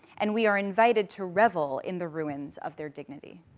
and we are invited to revel in the ruins of their dignity,